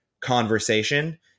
conversation